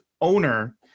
owner